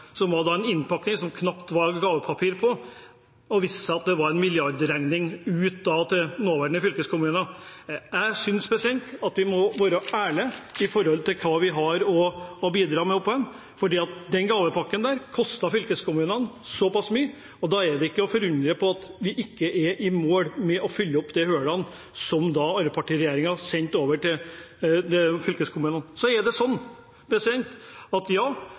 viste seg å være en milliardregning ut til nåværende fylkeskommuner. Jeg syns vi må være ærlige på hva vi har å bidra med her, for den gavepakken kostet fylkeskommunene såpass mye, og da er det ikke til å undres over at vi ikke er i mål med å fylle opp de hullene som arbeiderpartiregjeringen sendte over til fylkeskommunene. Så er det sånn at